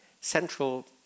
central